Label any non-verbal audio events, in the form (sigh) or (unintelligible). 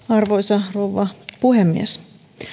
(unintelligible) arvoisa rouva puhemies